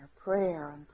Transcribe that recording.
prayer